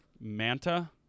manta